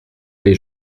les